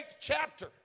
chapter